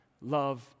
love